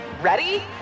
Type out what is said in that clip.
Ready